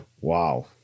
Wow